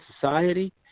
society